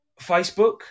Facebook